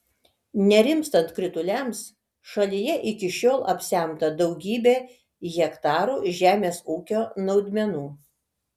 nerimstant krituliams šalyje iki šiol apsemta daugybė hektarų žemės ūkio naudmenų